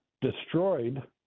destroyed